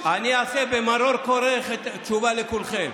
אני אעשה ב"מרור כורך" תשובה לכולכם.